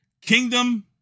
Kingdom